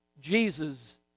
Jesus